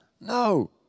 No